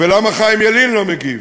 ולמה חיים ילין לא מגיב.